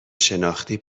شناختی